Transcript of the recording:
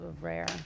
rare